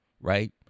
Right